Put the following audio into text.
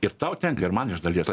ir tau tenka ir man iš dalies